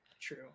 true